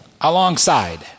alongside